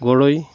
গৰৈ